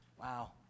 Wow